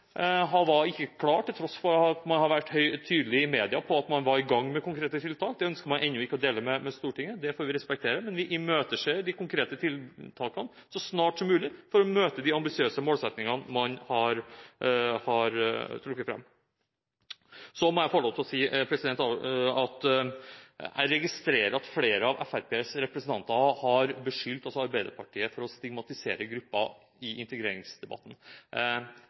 var ikke klar til tross for at man har vært tydelig i media på at man var i gang med konkrete tiltak. Det ønsker man ennå ikke å dele med Stortinget. Det får vi respektere, men vi imøteser de konkrete tiltakene – så snart som mulig – for å møte de ambisiøse målsettingene man har trukket fram. Jeg registrerer at flere av Fremskrittspartiets representanter har beskyldt Arbeiderpartiet for å stigmatisere grupper i integreringsdebatten. Jeg finner det noe pussig å få den beskyldningen fra det holdet, fordi det har vært grunnlag for å